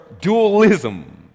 dualism